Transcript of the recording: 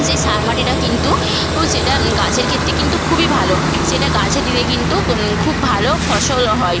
সেই সার মাটিটা কিন্তু উ সেটা গাছের ক্ষেত্রে কিন্তু খুবই ভালো সেটা গাছে দিলে কিন্তু ক্ খুব ভালো ফসল হয়